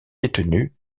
détenue